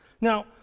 Now